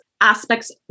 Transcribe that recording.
aspects